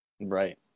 Right